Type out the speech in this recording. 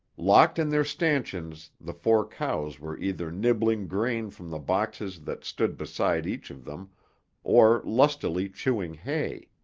locked in their stanchions, the four cows were either nibbling grain from the boxes that stood beside each of them or lustily chewing hay.